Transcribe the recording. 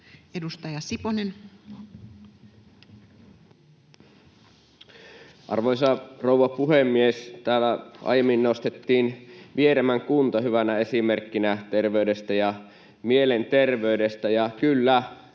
Edustaja Siponen. Arvoisa rouva puhemies! Täällä aiemmin nostettiin Vieremän kunta hyvänä esimerkkinä terveydestä ja mielenterveydestä, ja kyllä,